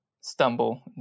stumble